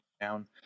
down